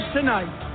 tonight